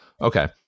Okay